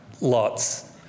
lots